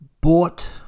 bought